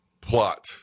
plot